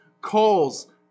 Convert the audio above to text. calls